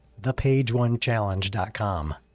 ThePageOneChallenge.com